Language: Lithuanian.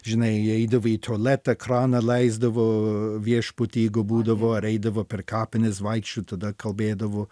žinai eidavo į tuoletą kraną leisdavo viešbuty jeigu būdavo ar eidavo per kapines vaikščiot tada kalbėdavo